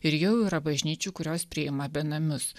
ir jau yra bažnyčių kurios priima benamius